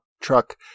truck